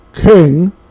king